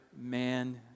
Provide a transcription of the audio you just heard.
man